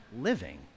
living